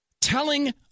Telling